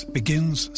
begins